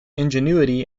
ingenuity